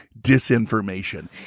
disinformation